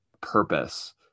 purpose